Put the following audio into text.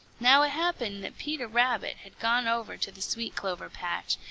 now it happened that peter rabbit had gone over to the sweet-clover patch,